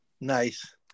nice